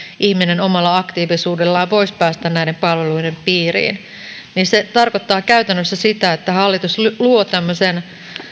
ihminen omalla aktiivisuudellaan voisi päästä näiden palveluiden piiriin tarkoittaa käytännössä sitä että hallitus luo tämmöisen